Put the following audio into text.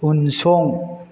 उनसं